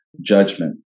judgment